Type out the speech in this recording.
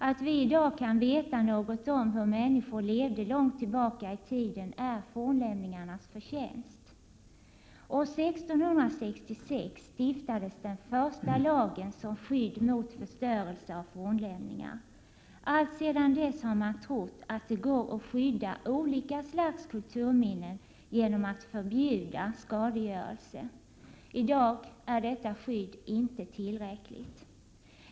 Att vi i dag kan veta något om hur människor levde långt tillbaka i tiden är fornlämningarnas förtjänst. År 1666 stiftades den första lagen som skydd mot förstörelse av fornlämningar. Alltsedan dess har man trott att det går att skydda olika slags kulturminnen genom att förbjuda skadegörelse. I dag är detta skydd inte tillräckligt.